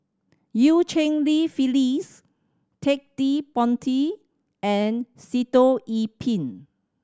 Eu Cheng Li Phyllis Ted De Ponti and Sitoh Yih Pin